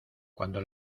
cuando